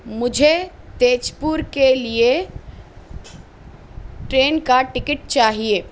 مجھے تیج پور کے لیے ٹرین کا ٹکٹ چاہیے